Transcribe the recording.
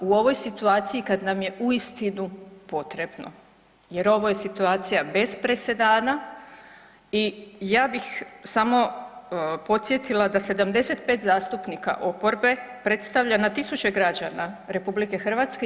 U ovoj situaciji kad nam je uistinu potrebno, jer ovo je situacija bez presedana i ja bih samo podsjetila da 75 zastupnika oporbe predstavlja na tisuće građana Republike Hrvatske.